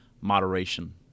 moderation